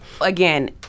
Again